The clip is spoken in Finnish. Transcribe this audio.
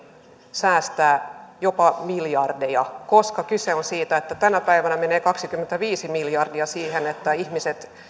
säästää jopa miljardeja koska kyse on siitä että tänä päivänä menee kaksikymmentäviisi miljardia siihen että ihmiset